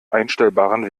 einstellbaren